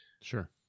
Sure